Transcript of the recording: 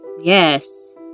Yes